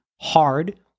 hard